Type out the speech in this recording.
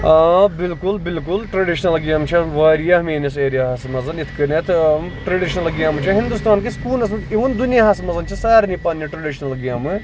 آ بِلکُل بِلکُل ٹریڈِشنل گیمہٕ چھےٚ واریاہ میٲنِس ایریاہَس منٛز یِتھ کَنیتھ ٹریڈِشنل گیمہٕ چھےٚ ہِندوستانہٕ کِس کوٗنَس منٛز اِؤن دُنیاہس منٛز چھِ سارنٕے پَنٕنہِ ٹریڈِشنل گیمہٕ